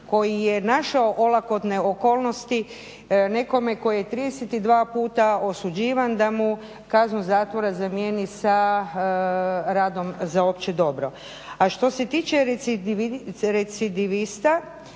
koji je našao olakotne okolnosti nekome tko je 32 puta osuđivan da mu kaznu zatvora zamijeni sa radom za opće dobro. A što se tiče recidivista